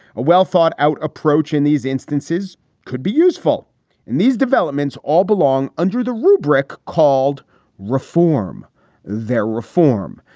a well thought out approach in these instances could be useful in these developments. all belong under the rubric called reform they're reform.